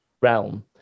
realm